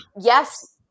yes